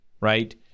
right